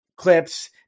clips